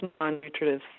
non-nutritive